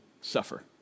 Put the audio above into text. suffer